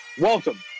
Welcome